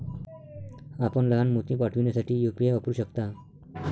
आपण लहान मोती पाठविण्यासाठी यू.पी.आय वापरू शकता